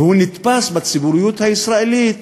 ונתפס בציבוריות הישראלית,